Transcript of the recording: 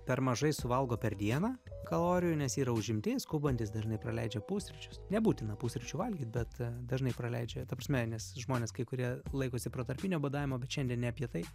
per mažai suvalgo per dieną kalorijų nes yra užimti skubantys dažnai praleidžia pusryčius nebūtina pusryčių valgyt bet dažnai praleidžia ta prasme nes žmonės kai kurie laikosi protarpinio badavimo bet šiandien ne apie tai